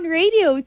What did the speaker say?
radio